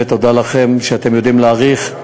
ותודה לכם שאתם יודעים להעריך,